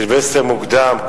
סילבסטר מוקדם,